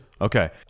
Okay